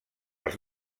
els